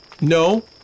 No